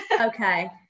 Okay